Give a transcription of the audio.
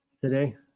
today